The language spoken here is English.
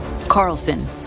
Carlson